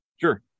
sure